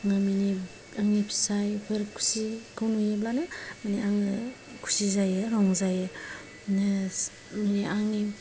nominee आंनि फिसायफोर खुसिखौ नुयोब्लानो माने आङो खुसि जायो रंजायो नो आंनि